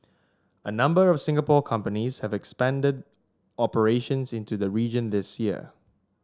a number of Singapore companies have expanded operations into the region this year